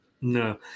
No